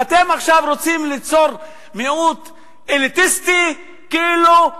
ואתם עכשיו רוצים ליצור מיעוט אליטיסטי מתוך בחירה,